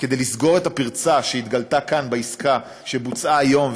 כדי לסגור את הפרצה שהתגלתה כאן בעסקה שבוצעה היום,